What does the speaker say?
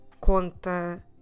conta